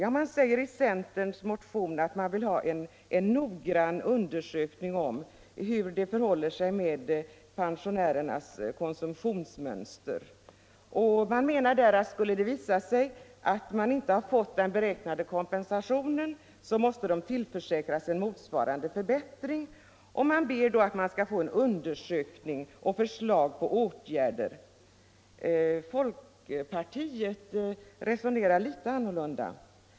I centerns motion sägs det att man vill ha en noggrann undersökning om hur det förhåller sig med folkpensionärernas konsumtionsmönster. Man menar att om det skulle visa sig att pensionärerna inte har fått den beräknade kompensationen, måste de tillförsäkras en motsvarande förbättring. Man ber därför om en undersökning och om att få förslag till åtgärder. Folkpartiet resonerar litet annorlunda.